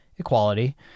Equality